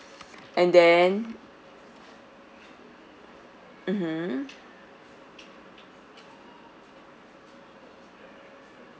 and than mmhmm